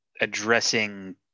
addressing